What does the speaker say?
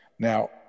Now